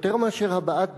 יותר מאשר הבעת דעה,